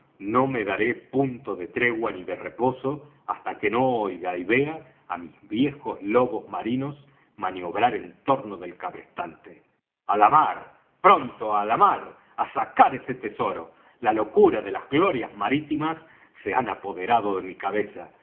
no me daré punto de tregua ni de reposo hasta que no oiga y vea á mis viejos lobos marinos maniobrar en torno del cabrestante á la mar pronto á la mar á sacar ese tesoro la locura de las glorias marítimas se ha apoderado de mi cabeza